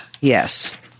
yes